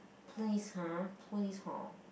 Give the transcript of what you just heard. please ah please hor